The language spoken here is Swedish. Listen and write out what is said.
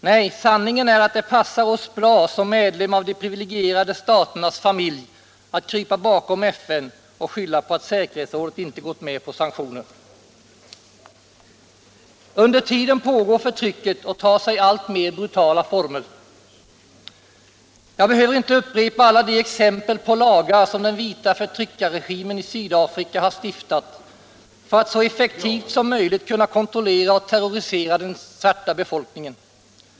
Nej, sanningen är att det passar oss bra som medlem av de privilegierade staternas familj att krypa bakom FN och skylla på att säkerhetsrådet inte gått med på sanktioner. Under tiden pågår förtrycket och tar sig alltmer brutala former. Jag behöver inte upprepa alla de exempel på lagar som den vita förtryckarregimen i Sydafrika har stiftat för att så effektivt som möjligt kunna kontrollera och terrorisera den svarta befolkningen.